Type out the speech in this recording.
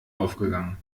aufgegangen